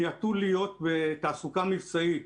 מיעטו להיות בתעסוקה מבצעית,